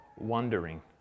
wandering